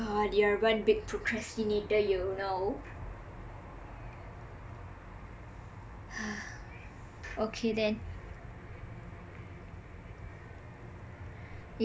god you are one big procrastinator you know okay then